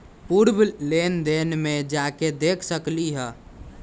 पूर्व लेन देन में जाके देखसकली ह?